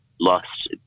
lost